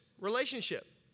relationship